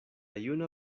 juna